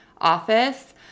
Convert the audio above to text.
office